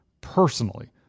personally